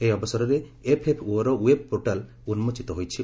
ଏହି ଅବସରରେ ଏଫ୍ଏଫ୍ଓର ୱେବ୍ ପୋର୍ଟାଲ୍ ଉନ୍ଜୋଚିତ ହୋଇଛି